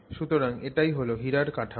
সুতরাং এটাই হল হিরার কাঠামো